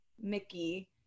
Mickey